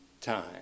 time